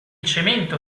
cemento